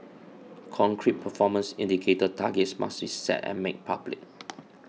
concrete performance indicator targets must be set and made public